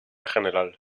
general